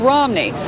Romney